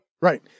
right